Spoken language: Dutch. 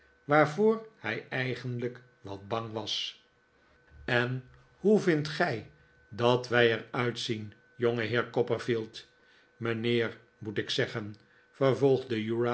waarvoor hij eigenlijk wat bang was uriah biedt zijn diensten aan en hoe vindt gij dat wij er uitzien jongeheer copperfield mijnheer moet ik zeggen vervolgde